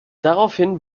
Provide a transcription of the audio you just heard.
daraufhin